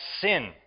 sin